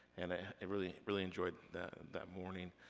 and i and really really enjoyed that that morning.